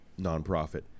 nonprofit